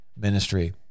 ministry